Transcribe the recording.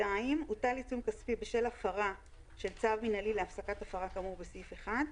(2)הוטל עיצום כספי בשל הפרה של צו מינהלי להפסקת הפרה כאמור בפסקה (1),